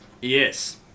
Yes